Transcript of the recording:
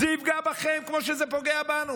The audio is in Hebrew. זה יפגע בכם כמו שזה פוגע בנו.